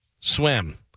Swim